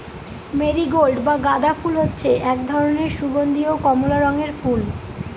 marigold বা গাঁদা ফুল হচ্ছে এক ধরনের সুগন্ধীয় কমলা রঙের ফুল